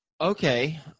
Okay